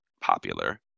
popular